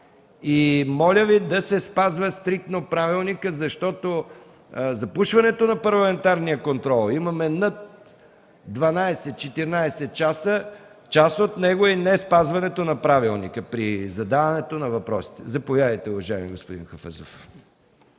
Моля Ви да се спазва стриктно правилникът, защото запушването на парламентарния контрол – имаме над 12-14 часа от него, е неспазването на правилника при задаването на въпросите. Заповядайте, уважаеми господин Хафъзов.